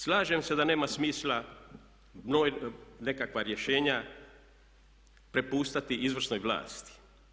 Slažem se da nema smisla nekakva rješenja prepuštati izvršnoj vlasti.